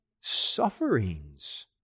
sufferings